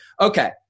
Okay